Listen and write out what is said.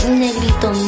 negrito